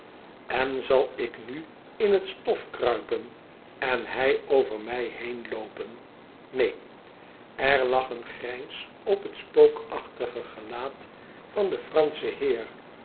en zal ik nu in het stof kruipen en hij over mij heen loopen neen er lag een grijns op het spookachtige gelaat van den franschen heer